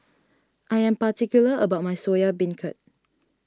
I am particular about my Soya Beancurd